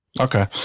Okay